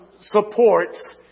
supports